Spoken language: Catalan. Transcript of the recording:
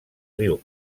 riu